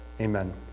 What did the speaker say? Amen